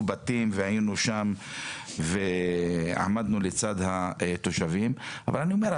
בתים ועמדנו לצד התושבים אבל אני אומר,